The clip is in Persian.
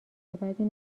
بدی